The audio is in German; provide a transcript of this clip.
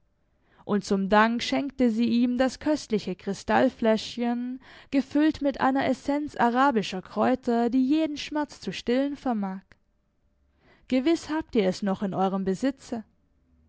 und zum dank schenkte sie ihm das köstliche kristallfläschchen gefüllt mit einer essenz arabischer kräuter die jeden schmerz zu stillen vermag gewiß habt ihr es noch in eurem besitze